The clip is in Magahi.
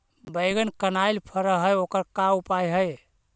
बैगन कनाइल फर है ओकर का उपाय है?